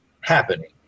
happening